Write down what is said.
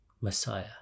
Messiah